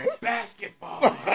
basketball